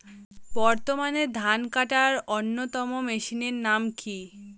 বর্তমানে ধান কাটার অন্যতম মেশিনের নাম কি?